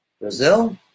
Brazil